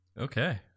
Okay